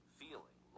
feeling